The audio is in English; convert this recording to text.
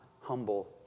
humble